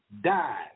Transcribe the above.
died